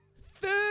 Third